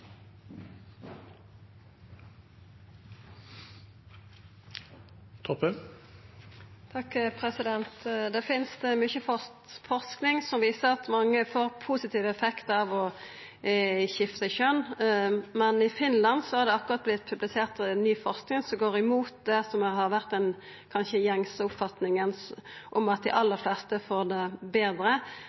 i samfunnet. Det finst mykje forsking som viser at mange har positiv effekt av å skifta kjønn, men i Finland har det akkurat blitt publisert ny forsking som går imot det som har vore den kanskje gjengse oppfatninga, om at dei aller fleste får det betre.